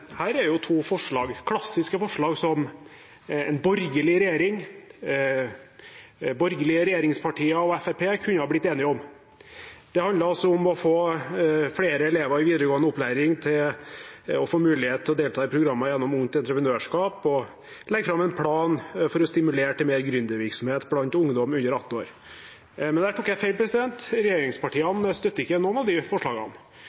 her er to forslag, klassiske forslag, som en borgerlig regjering, borgerlige regjeringspartier, og Fremskrittspartiet kunne ha blitt enige om. Det handler om at flere elever i videregående opplæring kan få mulighet til å delta i programmer gjennom Ungt Entreprenørskap, og legge fram en plan for å stimulere til mer gründervirksomhet blant ungdom under 18 år. Men der tok jeg feil. Regjeringspartiene støtter ikke noen av de forslagene,